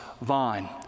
vine